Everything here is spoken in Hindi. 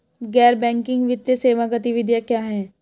गैर बैंकिंग वित्तीय सेवा गतिविधियाँ क्या हैं?